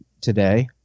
today